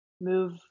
move